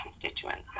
constituents